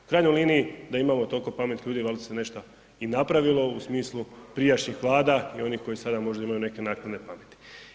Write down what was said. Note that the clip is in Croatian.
U krajnjoj liniji da imamo toliko pametnih ljudi valjda bi se nešto i napravilo u smislu prijašnjih vlada i oni koji sada možda imaju neke naknadne pameti.